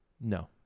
No